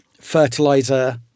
fertilizer